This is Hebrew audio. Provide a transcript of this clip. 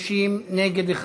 30, נגד,